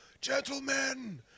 gentlemen